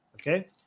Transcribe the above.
Okay